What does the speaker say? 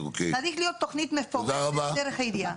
צריכה להיות תוכנית מפורטת דרך העירייה.